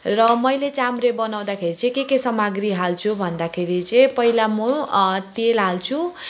र मैले चाम्रे बनाउँदाखेरि चाहिँ के के सामग्री हाल्छु भन्दाखेरि चाहिँ पहिला म तेल हाल्छु